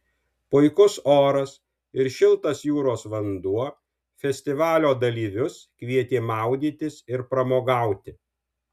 puikus oras ir šiltas jūros vanduo festivalio dalyvius kvietė maudytis ir pramogauti